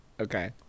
Okay